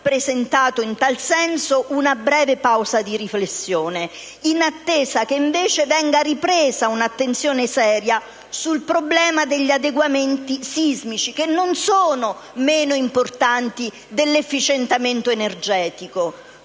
presentato in tal senso come una breve pausa di riflessione, in attesa che venga invece ripresa un'attenzione seria sul problema degli adeguamenti sismici, che non sono meno importanti dell'efficientamento energetico.